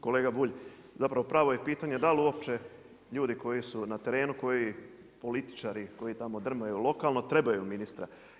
Kolega Bulj, zapravo pravo je pitanje da li uopće ljudi koji su na terenu, koji političari koji tamo drmaju lokalno trebaju ministra.